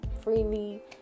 freely